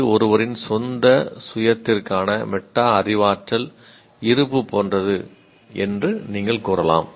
இது ஒருவரின் சொந்த சுயத்திற்கான மெட்டா அறிவாற்றல் இருப்பு போன்றது என்று நீங்கள் கூறலாம்